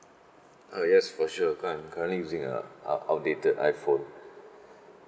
ah yes for sure cause I'm currently using a out outdated iphone